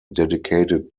dedicated